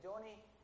Johnny